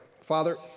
Father